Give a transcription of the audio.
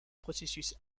processus